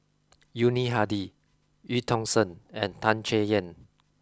Yuni Hadi Eu Tong Sen and Tan Chay Yan